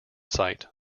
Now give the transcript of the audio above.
site